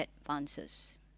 advances